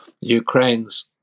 Ukraine's